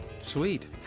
Sweet